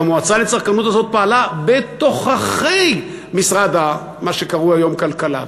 שהמועצה לצרכנות הזאת פעלה בתוככי מה שקרוי היום משרד הכלכלה,